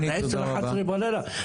זה עד 22:00-23:00 בלילה.